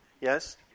Yes